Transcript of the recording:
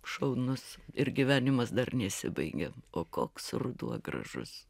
šaunus ir gyvenimas dar nesibaigė o koks ruduo gražus